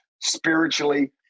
spiritually